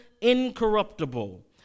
incorruptible